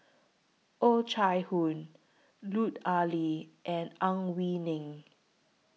Oh Chai Hoo Lut Ali and Ang Wei Neng